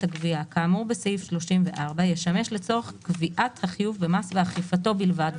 הגבייה כאמור בסעיף 34 ישמש לצורך קביעת החיוב במס ואכיפתו בלבד,